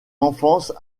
enfance